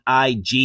ig